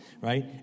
right